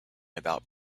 about